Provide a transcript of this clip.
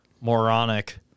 moronic